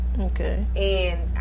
Okay